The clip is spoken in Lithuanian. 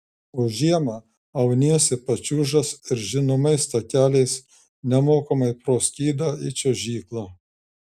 o žiemą auniesi pačiūžas ir žinomais takeliais nemokamai pro skydą į čiuožyklą